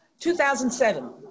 2007